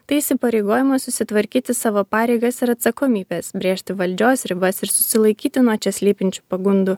tai įsipareigojimas susitvarkyti savo pareigas ir atsakomybes brėžti valdžios ribas ir susilaikyti nuo čia slypinčių pagundų